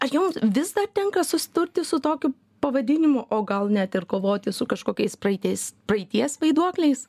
ar jums vis dar tenka susidurti su tokiu pavadinimu o gal net ir kovoti su kažkokiais praeities praeities vaiduokliais